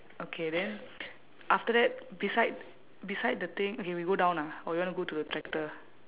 okay then after that beside beside the thing okay we go down ah or you wanna go to the tractor